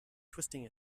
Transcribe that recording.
twisting